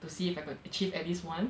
to see if I could achieve at least one